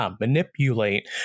manipulate